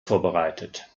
vorbereitet